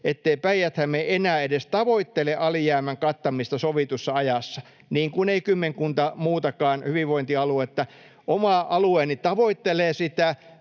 ettei Päijät-Häme enää edes tavoittele alijäämän kattamista sovitussa ajassa” — niin kuin ei kymmenkunta muutakaan hyvinvointialuetta. Oma alueeni tavoittelee sitä